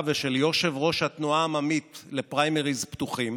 ושל יושב-ראש התנועה העממית לפריימריז פתוחים,